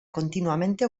continuamente